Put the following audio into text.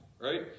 right